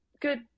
Good